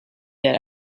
that